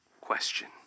question